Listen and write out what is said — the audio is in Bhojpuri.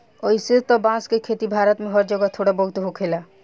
अइसे त बांस के खेती भारत में हर जगह थोड़ा बहुत होखेला